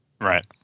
Right